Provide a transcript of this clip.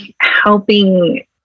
helping